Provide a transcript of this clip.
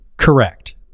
Correct